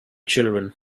children